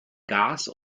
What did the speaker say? gas